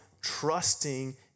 trusting